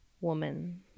woman